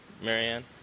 Marianne